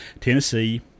Tennessee